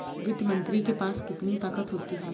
वित्त मंत्री के पास कितनी ताकत होती है?